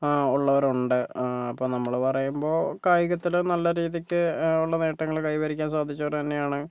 ആ ഉള്ളവരുണ്ട് അപ്പോൾ നമ്മള് പറയുമ്പോൾ കായികത്തില് നല്ല രീതിക്ക് ഉള്ള നേട്ടങ്ങള് കൈവരിക്കാൻ സാധിച്ചവർ തന്നെയാണ്